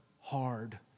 hard